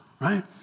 right